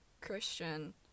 christian